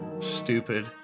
stupid